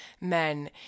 men